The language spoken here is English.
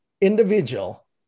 individual